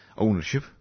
Ownership